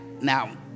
Now